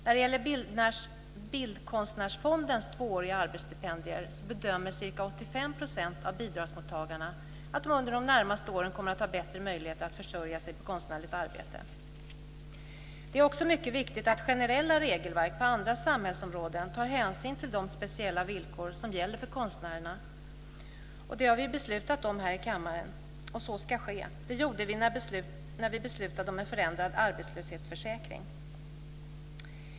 När det gäller Bildkonstnärsfondens tvååriga arbetsstipendier bedömer ca 85 % av bidragsmottagarna att de under de närmaste åren kommer att ha bättre möjligheter att försörja sig på konstnärligt arbete. Det är också mycket viktigt att generella regelverk på andra samhällsområden tar hänsyn till de speciella villkor som gäller för konstnärerna, och vi har ju beslutat här i kammaren att så ska ske. Det gjorde vi när vi beslutade om en förändrad arbetslöshetsförsäkring.